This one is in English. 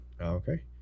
Okay